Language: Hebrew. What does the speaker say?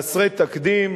חסרי תקדים,